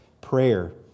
prayer